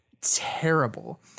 terrible